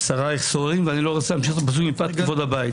"שרייך סוררים" ואני לא רוצה להמשיך את הפסוק מפאת כבוד הבית.